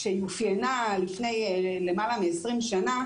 כשהיא אופיינה לפני למעלה מ-20 שנה,